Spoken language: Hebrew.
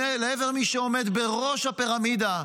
לעבר מי שעומד בראש הפירמידה,